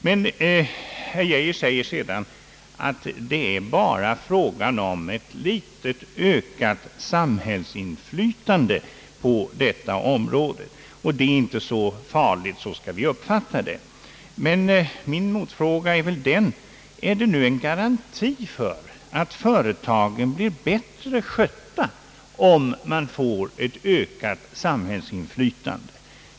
Sedan säger herr Geijer att det bara rör sig om ett något ökat samhällsinflytande på detta område, och en sådan sak är inte så farlig; så skall vi uppfatta det. Min motfråga blir: Är det en garanti för att företagen blir bättre skötta, om man får ett ökat samhällsinflytande?